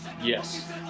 yes